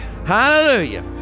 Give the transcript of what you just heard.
Hallelujah